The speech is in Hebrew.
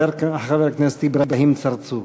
חבר הכנסת אברהים צרצור.